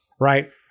right